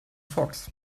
fox